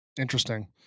Interesting